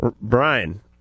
Brian